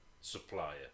supplier